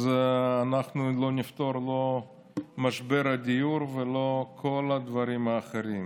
אז אנחנו לא נפתור לא את משבר הדיור ולא את כל הדברים האחרים.